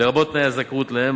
לרבות תנאי הזכאות להם,